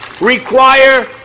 Require